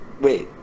Wait